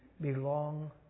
belong